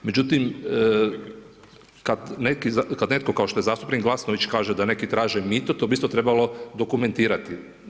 Međutim, kad netko kao što je zastupnik Glasnović kaže da neki traže mito, to bi isto trebalo dokumentirati.